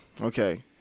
Okay